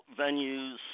venues